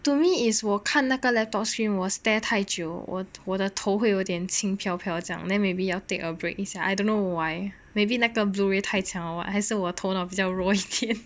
to me is 我看那个 laptop screen 我 stare 太久我我的头会有点轻飘飘这样 then maybe 我要 take a break 一下 I don't know why maybe 那个 blu ray 太强 or what 还是我头脑比较弱一点